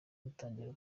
dutangira